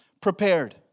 prepared